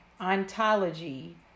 Ontology